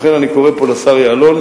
לכן אני קורא פה לשר יעלון,